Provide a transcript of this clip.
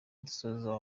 dusoza